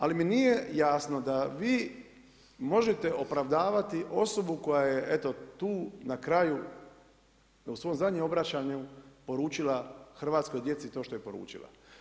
Ali mi nije jasno da vi možete opravdavati osobu koja je eto tu na kraju u svom zadnjem obraćanju poručila hrvatskoj djeci to što je poručila.